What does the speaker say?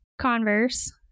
Converse